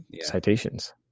citations